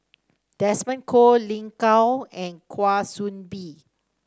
Desmond Kon Lin Gao and Kwa Soon Bee